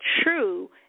true